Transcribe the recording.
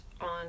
on